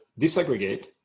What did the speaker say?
disaggregate